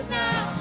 now